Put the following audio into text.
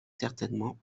certainement